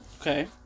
Okay